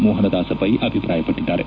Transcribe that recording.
ಮೋಹನದಾಸ ಪೈ ಅಭಿಪ್ರಾಯ ಪಟ್ಟದ್ದಾರೆ